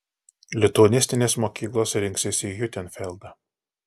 lituanistinės mokyklos rinksis į hiutenfeldą